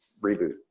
reboot